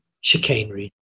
chicanery